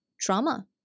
trauma